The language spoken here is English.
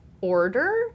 order